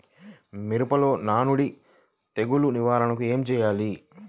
మిరపలో నానుడి తెగులు నివారణకు ఏమి చేయాలి?